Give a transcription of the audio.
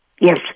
Yes